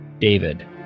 David